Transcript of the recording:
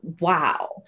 wow